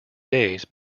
days